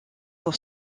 pour